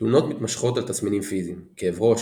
תלונות מתמשכות על תסמינים פיזיים כאב ראש,